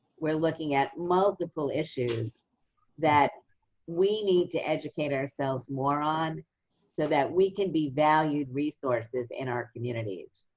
we're looking at multiple issues that we need to educate ourselves more on so that we can be valued resources in our communities.